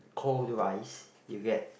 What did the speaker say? cold rice you get